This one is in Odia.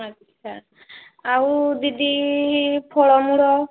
ଆଚ୍ଛା ଆଉ ଦିଦି ଫଳମୂଳ